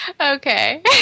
Okay